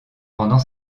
pendant